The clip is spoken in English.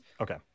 Okay